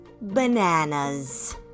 bananas